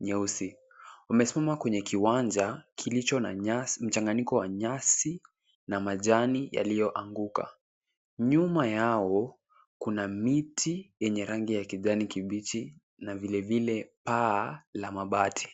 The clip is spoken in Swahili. nyeusi. Wamesimama kwenye kiwanja, kilicho na mchanganyiko wa nyasi na majani yaliyoanguka. Nyuma yao kuna miti yenye rangi ya kijani kibichi na vilevile paa la mabati.